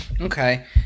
Okay